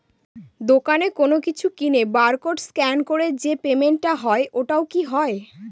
দোকানে কোনো কিছু কিনে বার কোড স্ক্যান করে যে পেমেন্ট টা হয় ওইটাও কি হয়?